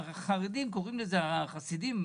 החרדים החסידים,